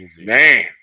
man